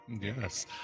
Yes